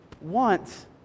want